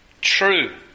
true